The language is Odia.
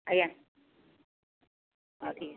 ଆଜ୍ଞା ହଉ ଠିକ୍ ଅଛି